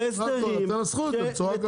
אז תנסחו את זה בצורה כזאת.